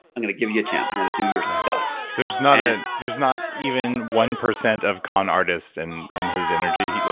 i'm going to give you a chance. i'm going to do your stuff. there's not ah there's not even one percent of con artist and in his energy.